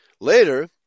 Later